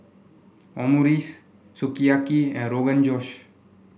Omurice Sukiyaki and Rogan Josh